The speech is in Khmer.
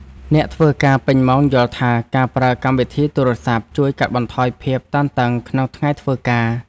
អ្នកធ្វើការពេញម៉ោងយល់ថា ការប្រើកម្មវិធីទូរសព្ទជួយកាត់បន្ថយភាពតានតឹងក្នុងថ្ងៃធ្វើការ។